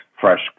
fresh